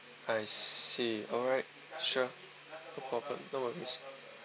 I see alright sure no problem no worries